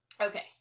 okay